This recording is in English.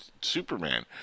Superman